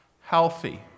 healthy